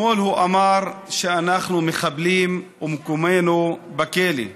אתמול הוא אמר שאנחנו מחבלים ומקומנו בכלא.